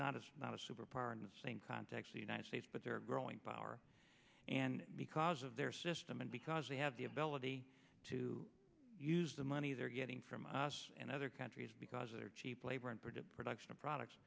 not as not a superpower in the same context the united states but they're growing power and because of their system and because they have the ability to use the money they're getting from us and other countries because they're cheap labor and produce production of products